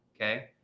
okay